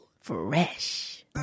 fresh